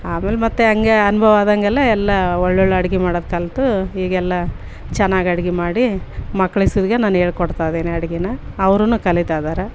ಆಮೇಲೆ ಮತ್ತು ಹಂಗೆ ಅನುಭವ ಆದಂಗೆಲ್ಲ ಎಲ್ಲ ಒಳ್ಳೊಳ್ಳೆ ಅಡ್ಗೆ ಮಾಡೋದು ಕಲಿತು ಈಗೆಲ್ಲ ಚೆನ್ನಾಗ್ ಅಡ್ಗೆ ಮಾಡಿ ಮಕ್ಳಿಗೆ ಸತಿಗೆ ನಾನು ಹೇಳ್ಕೊಡ್ತಾ ಇದೀನಿ ಅಡ್ಗೆ ಅವ್ರು ಕಲಿತ ಇದಾರೆ